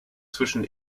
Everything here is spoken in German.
zwischen